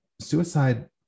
Suicide